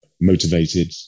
motivated